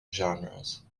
genres